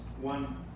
One